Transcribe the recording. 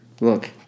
Look